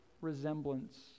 resemblance